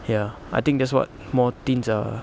ya I think that's what more things are